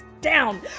down